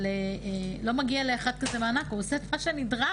לא מגיע לאחד כזה מענק הוא עושה את מה שנדרש.